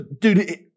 dude